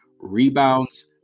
rebounds